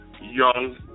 young